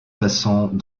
passant